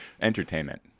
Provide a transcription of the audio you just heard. Entertainment